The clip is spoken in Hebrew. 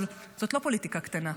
אבל זאת לא פוליטיקה קטנה.